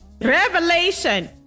revelation